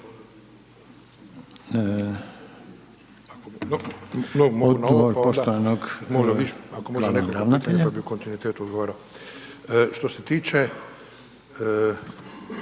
Što se tiče